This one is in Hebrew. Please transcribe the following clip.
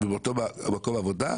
ובאותו מקום עבודה,